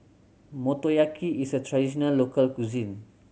motoyaki is a traditional local cuisine